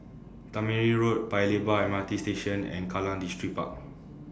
Tangmere Road Paya Lebar M R T Station and Kallang Distripark